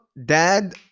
Dad